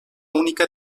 única